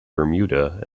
bermuda